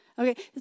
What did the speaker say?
Okay